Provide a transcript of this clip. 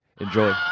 Enjoy